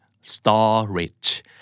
storage